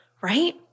Right